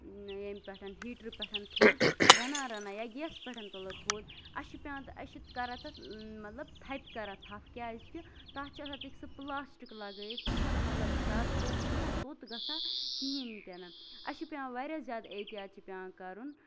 ییٚمہِ پٮ۪ٹھ ہیٹرٕ پٮ۪ٹھ تھوٚد رَنان رَنان یا گیسہٕ پٮ۪ٹھ تُلو تھوٚد اَسہِ چھُ پیوان تہ أسۍ چھِ کران تَتھ مطلب تھپہِ کران تھَپھ کیازِ کہِ تَتھ چھُ آسان ژَکہِ سُہ پٔلاسٹِک لگٲوِتھ سُہ چھُ نہٕ مطلب زیادٕ توٚت سُہ چھُنہٕ توٚت گژھان کِہینۍ تہِ نہٕ اَسہِ چھُ پیوان واریاہ زیادٕ احتِیاط چھُ پیوان کَرُن